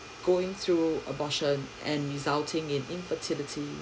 going through abortion and resulting in infertility